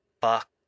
Buck